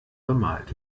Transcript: bemalt